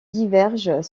divergent